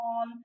on